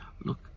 look